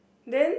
then